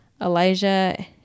elijah